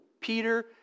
Peter